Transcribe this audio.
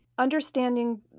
Understanding